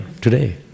today